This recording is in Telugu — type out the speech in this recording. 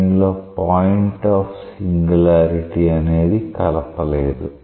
దీనిలో పాయింట్ ఆఫ్ సింగులారిటీ అనేది కలపలేదు